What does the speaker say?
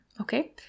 okay